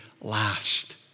last